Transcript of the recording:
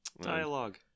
Dialogue